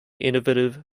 innovative